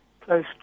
close